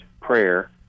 prayer